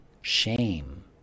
shame